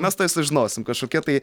mes tuoj sužinosim kažkokia tai